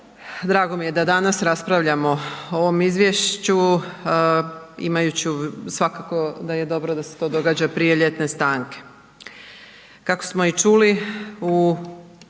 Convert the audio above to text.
Drago mi je da danas raspravljamo o ovom izvješću imajući svakako da je dobro da se to događa prije ljetne stanke. Kako smo i čuli u